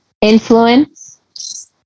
Influence